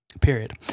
Period